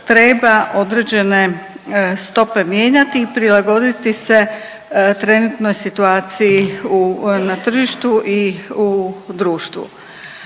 treba određene stope mijenjati i prilagoditi se trenutnoj situaciji na tržištu i u društvu.